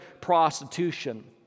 prostitution